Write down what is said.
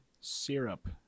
syrup